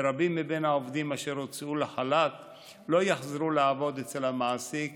ורבים מבין העובדים אשר הוצאו לחל"ת לא יחזרו לעבוד אצל המעסיק